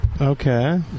Okay